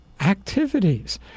activities